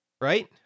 Right